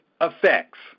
effects